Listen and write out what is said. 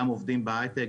גם עובדים בהיי-טק,